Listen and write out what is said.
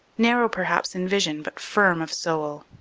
narrow perhaps in vision but firm of soul.